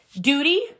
duty